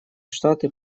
штаты